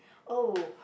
oh